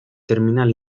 terminal